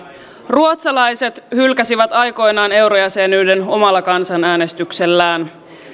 ruotsalaiset hylkäsivät aikoinaan eurojäsenyyden omalla kansanäänestyksellään